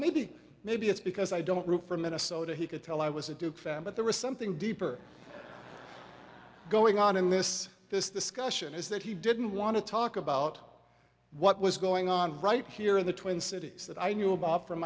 maybe maybe it's because i don't root for minnesota he could tell i was a duke fan but there was something deeper going on in this discussion is that he didn't want to talk about what was going on right here in the twin cities that i knew about from